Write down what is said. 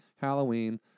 Halloween